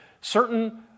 certain